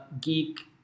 geek